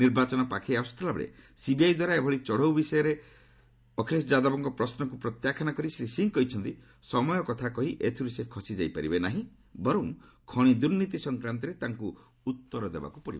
ନିର୍ବାଚନ ପାଖେଇ ଆସୁଥିବାବେଳେ ସିବିଆଇ ଦ୍ୱାରା ଏଭଳି ଚଢାଉ ବିଷୟରେ ଅଖିଳେଶ ଯାଦବଙ୍କ ପ୍ରଶ୍ନକୁ ପ୍ରତ୍ୟାଖ୍ୟାନ୍ କରି ଶ୍ରୀ ସିଂ କହିଛନ୍ତି ସମୟ କଥା କହି ଏଥିର୍ ସେ ଖସି ଯାଇପାରିବେ ନାହିଁ ବରଂ ଖଣି ଦୂର୍ନୀତି ସଂକ୍ରାନ୍ତରେ ତାଙ୍କୁ ଉତ୍ତର ଦେବାକୁ ପଡିବ